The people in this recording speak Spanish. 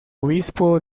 obispo